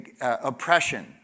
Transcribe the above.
oppression